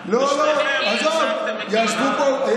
ושניכם ייצגתם ישבו פה קרעי וקיש.